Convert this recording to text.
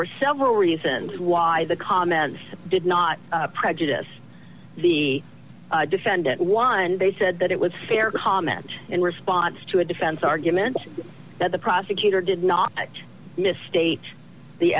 were several reasons why the comments did not prejudice the defendant one they said that it was fair comment in response to a defense argument that the prosecutor did not misstate the